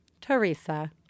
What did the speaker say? Teresa